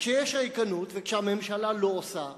כשיש ריקנות, וכשהממשלה לא עושה,